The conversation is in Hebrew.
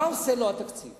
מה עושה לו התקציב